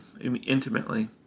intimately